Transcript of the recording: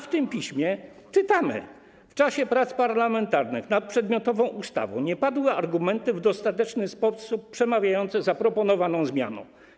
W tym piśmie czytamy: W czasie prac parlamentarnych nad przedmiotową ustawą nie padły argumenty w dostateczny sposób przemawiające za proponowaną zmianą.